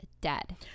dead